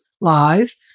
live